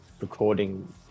recording